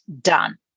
done